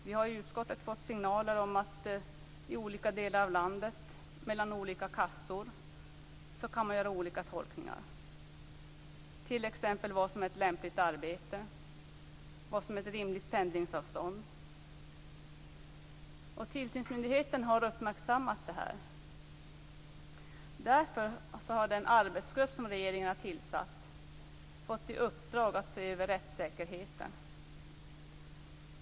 Vi har i utskottet fått signaler om att man kan göra olika tolkningar i olika delar av landet och i olika kassor, t.ex. av vad som är ett lämpligt arbete och vad som är ett rimligt pendlingsavstånd. Tillsynsmyndigheten har uppmärksammat det här, och därför har den arbetsgrupp som regeringen tillsatt fått i uppdrag att se över rättssäkerheten.